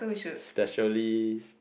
specially